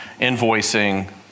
invoicing